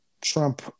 Trump